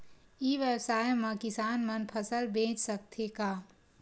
ई व्यवसाय म किसान मन फसल बेच सकथे का?